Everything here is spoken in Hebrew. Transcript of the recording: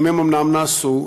אם הם אומנם נעשו,